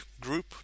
group